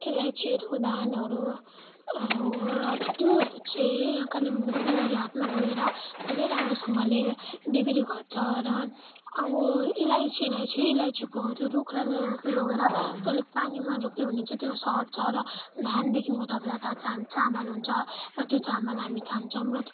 अलौँचीहरू धानहरू त्योहरू चाहिँ कालिम्पोङको बिहिबारे हाटमा लगेर धेरै राम्रोसँगले बिक्री गर्छ र अब अलैँचीलाई चाहिँ अलैँचीको त्यो रुखलाई लगर पानीमा रोप्यो भने चाहिँ त्यो सर्छ र धान देख्नुभयो तपाईँलाई थाह छ चामल हुन्छ र त्यो चामल हामी खान्छौँ र